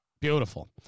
Beautiful